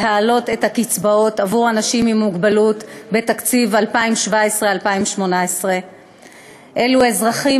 להעלות את הקצבאות לאנשים עם מוגבלות בתקציב 2017 2018. אלו אזרחים